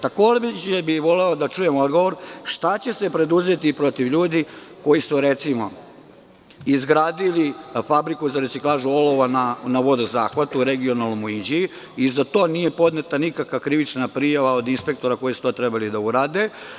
Takođe bih voleo da čujem odgovor – šta će se preduzeti protiv ljudi koji su, recimo, izgradili fabriku za reciklažu olova na vodozahvatu, regionalnom u Inđiji i za to nije podneta nikakva krivična prijava od inspektora koji su to trebali da urade?